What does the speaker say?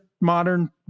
modern